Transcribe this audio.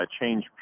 change